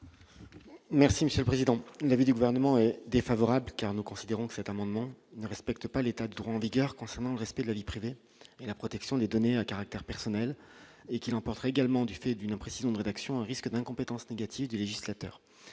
Merci monsieur le président, l'avis du gouvernement est défavorable car nous considérons que cet amendement ne respectent pas l'état de droit en vigueur concernant le respect de la vie privée et la protection des données à caractère personnel et qui l'emporterait également du fait d'une impression de rédaction risque d'incompétence négative du législateur